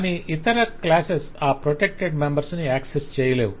కానీ ఇతర క్లాస్సెస్ ఆ ప్రొటెక్టెడ్ మెంబర్స్ ను యాక్సెస్ చేయలేవు